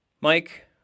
Mike